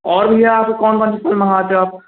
और भैया आप कौन कौन से फल मंगाते हो आप